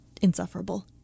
insufferable